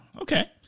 okay